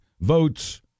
Votes